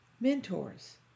mentors